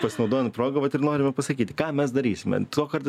pasinaudojant proga vat ir norime pasakyti ką mes darysime tuokart